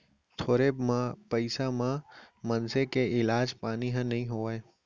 थोरे पइसा म मनसे के इलाज पानी ह नइ होवय